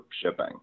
shipping